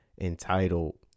entitled